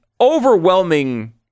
overwhelming